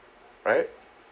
right